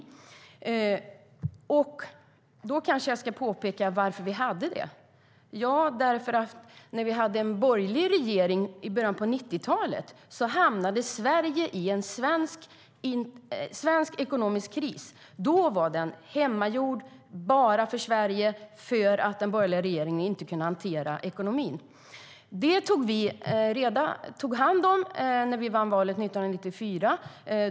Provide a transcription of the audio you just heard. Varför hade vi det? Jo, för att när vi hade en borgerlig regering i början av 90-talet hamnade Sverige i ekonomisk kris. Då var den hemmagjord och rörde bara Sverige för att den borgerliga regeringen inte kunde hantera ekonomin. Det tog vi hand om när vi vann valet 1994.